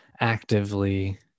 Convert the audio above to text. actively